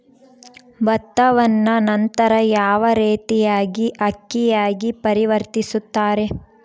ಭತ್ತವನ್ನ ನಂತರ ಯಾವ ರೇತಿಯಾಗಿ ಅಕ್ಕಿಯಾಗಿ ಪರಿವರ್ತಿಸುತ್ತಾರೆ?